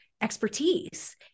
expertise